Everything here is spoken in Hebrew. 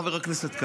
חבר הכנסת כהנא,